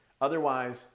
Otherwise